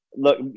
look